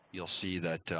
you'll see that